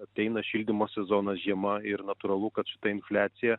ateina šildymo sezonas žiema ir natūralu kad šita infliacija